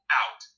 out